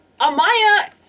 amaya